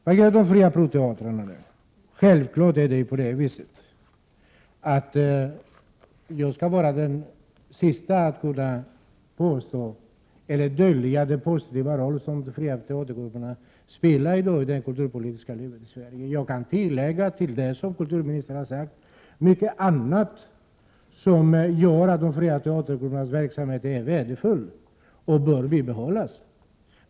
När det gäller de fria teatergrupperna är jag självfallet den siste att vilja dölja den positiva roll som de grupperna spelar i dag i det kulturpolitiska livet i Sverige. Jag kan till det som kulturministern har sagt tillägga mycket annat som gör att de fria teatergruppernas verksamhet är värdefull och bör bibehållas.